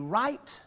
right